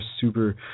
super